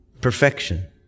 Perfection